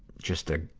just a,